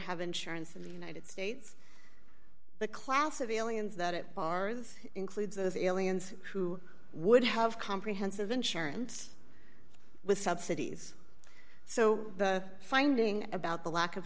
have insurance in the united states the class of aliens that it bars includes those aliens who would have comprehensive insurance with subsidies so finding about the lack of